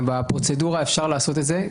בפרוצדורה אפשר לעשות את זה.